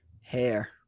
hair